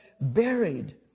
buried